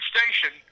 Station